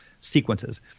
sequences